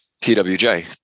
TWJ